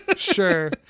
Sure